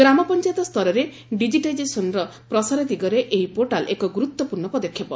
ଗ୍ରାମପଞ୍ଚାୟତ ସ୍ତରରେ ଡିଜିଟାଇଜେସନ୍ର ପ୍ରସାର ଦିଗରେ ଏହି ପୋର୍ଟାଲ୍ ଏକ ଗୁରୁତ୍ୱପୂର୍ଣ୍ଣ ପଦକ୍ଷେପ